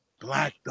black